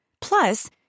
Plus